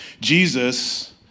Jesus